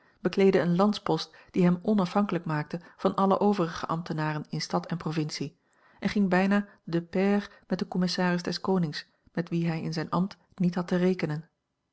bekleedde een landspost die hem onafhanklijk maakte van alle overige ambtenaren in stad en provincie en ging bijna de pair met den commissaris des konings met wien hij in zijn ambt niet had te rekenen